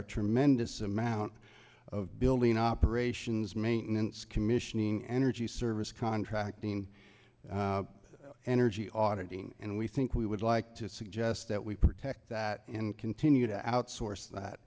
a tremendous amount of building operations maintenance commissioning energy service contracting energy audit ing and we think we would like to suggest that we protect that and continue to outsource that